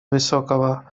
высокого